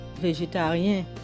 végétarien